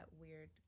weird